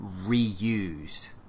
reused